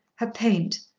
her paint,